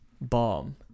Bomb